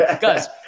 guys